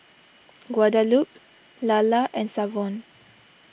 Guadalupe Lalla and Savon